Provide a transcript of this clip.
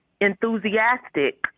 enthusiastic